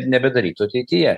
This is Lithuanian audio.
nebedarytų ateityje